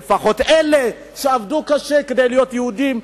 שלפחות אלה שעבדו קשה כדי להיות יהודים,